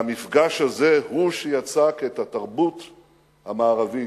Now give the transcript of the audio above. והמפגש הזה הוא שיצק את התרבות המערבית,